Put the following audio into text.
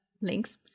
links